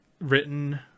written